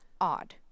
odd